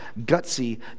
gutsy